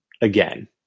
Again